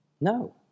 no